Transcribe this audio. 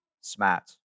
smart